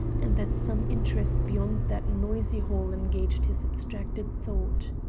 and that some interest beyond that noisy hall engaged his abstracted thought.